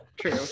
true